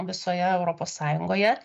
visoje europos sąjungoje